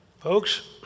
Folks